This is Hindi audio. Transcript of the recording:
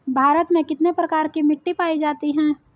भारत में कितने प्रकार की मिट्टी पाई जाती हैं?